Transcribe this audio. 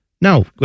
no